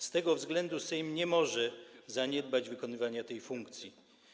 Z tego względu Sejm nie może zaniedbać wykonywania tej funkcji.